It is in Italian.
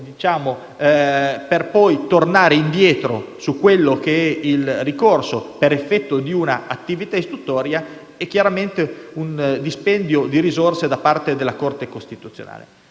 per poi fare marcia indietro sul ricorso, per effetto di un'attività istruttoria, è chiaramente un dispendio di risorse da parte della Corte costituzionale.